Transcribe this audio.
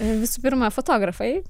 visų pirma fotografai